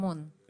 אני